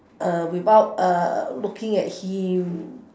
uh without uh looking at him